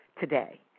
today